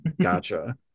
gotcha